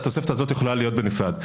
והתוספת הזאת יכולה להיות בנפרד.